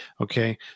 Okay